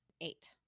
eight